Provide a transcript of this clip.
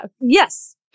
yes